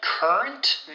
Current